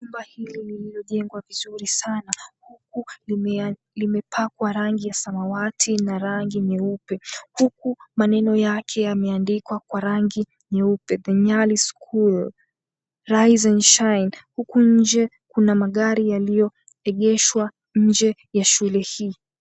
Nyumba hili lililojengwa vizuri sana huku limepakwa rangi ya samawati na rangi nyeupe huku, maneno yake yameandikwa kwa rangi nyeupe, The Nyali School, Rise and Shine, huku inje kuna magari yaliyoegeshwa inje ya shule hii.